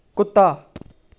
ਕੁੱਤਾ